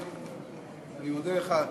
אני מודה לך.